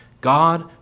God